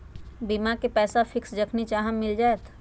बीमा के पैसा फिक्स जखनि चाहम मिल जाएत?